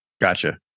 Gotcha